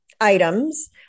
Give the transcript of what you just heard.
items